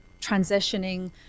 transitioning